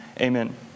amen